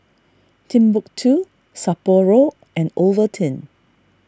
Timbuk two Sapporo and Ovaltine